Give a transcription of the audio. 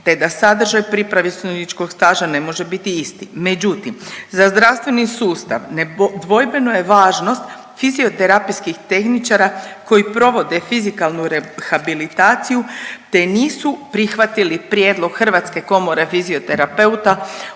te da sadržaj pripravničkog staža ne može biti isti. Međutim, za zdravstveni sustav nedvojbeno je važnost fizioterapijskih tehničara koji provode fizikalnu rehabilitaciju te nisu prihvatili prijedlog Hrvatske komore fizioterapeuta